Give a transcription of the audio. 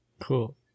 Cool